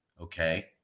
okay